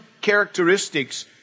characteristics